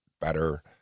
better